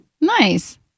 Nice